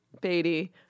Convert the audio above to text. Beatty